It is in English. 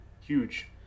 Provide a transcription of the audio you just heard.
huge